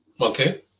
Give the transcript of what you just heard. okay